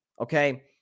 Okay